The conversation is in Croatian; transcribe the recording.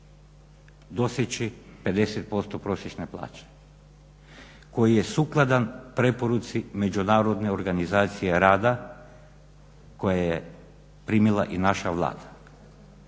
doseći 50% prosječne plaće koji je sukladan preporuci Međunarodne organizacije rada koje je primila i naša Vlada,